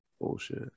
Bullshit